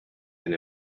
and